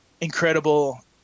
incredible